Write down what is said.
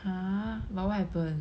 !huh! but what happened